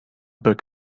book